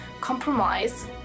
Compromise